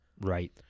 Right